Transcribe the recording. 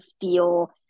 feel